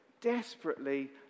desperately